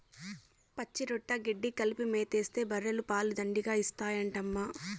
పచ్చిరొట్ట గెడ్డి కలిపి మేతేస్తే బర్రెలు పాలు దండిగా ఇత్తాయంటమ్మా